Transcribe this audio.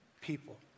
people